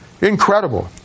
Incredible